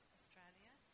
Australia